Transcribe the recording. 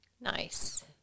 Nice